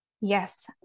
Yes